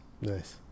Nice